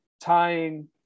tying